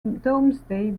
domesday